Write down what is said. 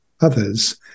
Others